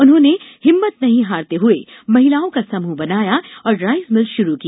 उन्होंने हिम्मत नहीं हारते हुए महिलाओँ का समूह बनाया और राइस मिल शुरू की